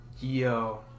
Yo